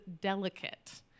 delicate